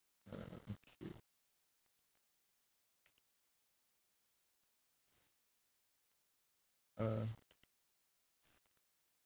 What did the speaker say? uh okay uh